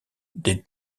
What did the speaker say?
des